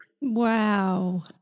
Wow